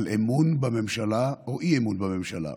הייתה על אמון בממשלה או אי-אמון בממשלה,